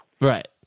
Right